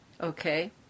Okay